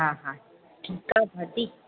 हा हा ठीकु आहे दादी